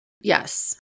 Yes